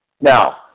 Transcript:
now